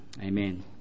amen